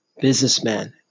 businessman